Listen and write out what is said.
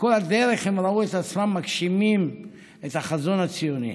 וכל הדרך הם ראו את עצמם מגשימים את החזון הציוני.